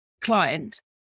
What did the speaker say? client